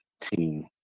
team